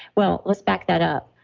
well, let's back that up.